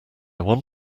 want